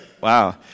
Wow